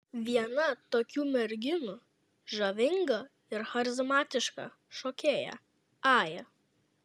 viena tokių merginų žavinga ir charizmatiška šokėja aja